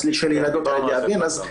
כן, דיברנו על זה.